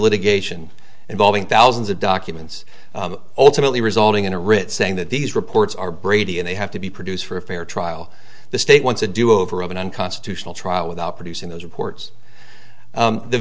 litigation involving thousands of documents ultimately resulting in a writ saying that these reports are brady and they have to be produced for a fair trial the state wants a do over an unconstitutional trial without producing those reports